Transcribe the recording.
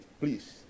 please